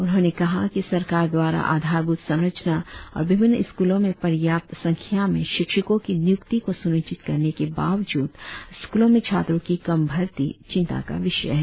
उन्होंने कहा कि सरकार द्वारा आधारभूत संरचना और विभिन्न स्कूलों में पर्याप्त संख्या में शिक्षकों की नियुक्ती को सुनिश्चित करने के बावजूद स्कूलो में छात्रों की कम भर्ती चिंता का विषय है